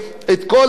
גם בחורף,